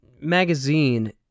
magazine